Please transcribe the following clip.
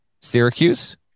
Syracuse